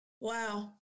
wow